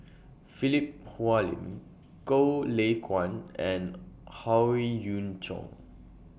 Philip Hoalim Goh Lay Kuan and Howe Yoon Chong